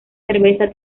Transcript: cerveza